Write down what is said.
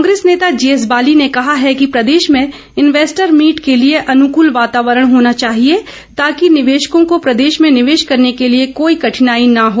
कांग्रेस नेता जीएस बाली ने कहा है कि प्रदेश में इन्वेस्टर मीट के लिए अनुकूल वातावरण होना चाहिए ताकि निवेशकों को प्रदेश में निवेश करने के लिए कोई कठिनाई न हो